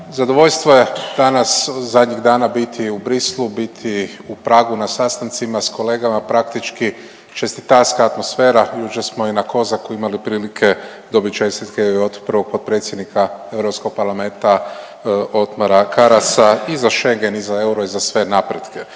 Zadovoljstvo je danas zadnjih dana biti u Brislu, biti u Pragu na sastancima s kolegama praktički čestitarska atmosfera jučer smo i na COSAC-u imali prilike dobiti čestitke i od prvog potpredsjednika Europskog parlamenta Othmara Karasa i za Schengen i za euro i za sve napretke.